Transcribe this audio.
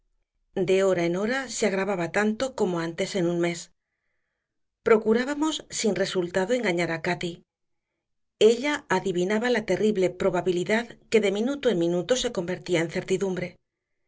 de hora en hora se agravaba tanto como antes en un mes procurábamos sin resultado engañar a cati ella adivinaba la terrible probabilidad que de minuto en minuto se convertía